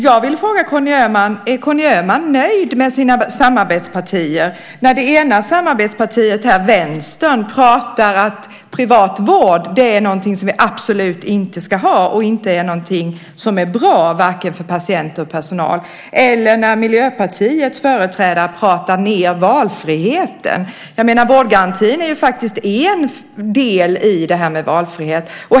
Jag vill fråga Conny Öhman om han är nöjd med sina samarbetspartier. Det ena samarbetspartiet, Vänstern, pratar om att privat vård är någonting som vi absolut inte ska ha. Det är inte bra, varken för patienter eller för personal. Och Miljöpartiets företrädare pratar ned valfriheten. Vårdgarantin är faktiskt en del i det här med valfrihet.